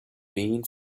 been